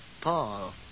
Paul